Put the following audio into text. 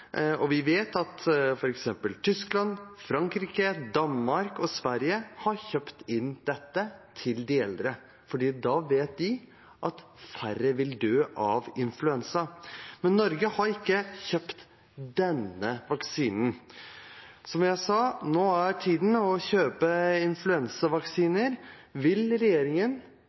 og vi vet at f.eks. Tyskland, Frankrike, Danmark og Sverige har kjøpt inn dette til de eldre, for da vet de at færre vil dø av influensa. Men Norge har ikke kjøpt denne vaksinen. Som jeg sa, nå er tiden inne for å kjøpe influensavaksiner. Vil regjeringen,